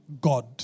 God